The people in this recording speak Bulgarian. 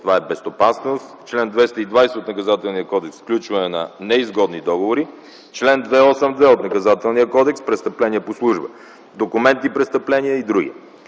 това е безстопанственост; чл. 220 от Наказателния кодекс – сключване на неизгодни договори; чл. 282 от Наказателния кодекс – престъпления по служба, документни престъпления и други.